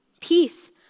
Peace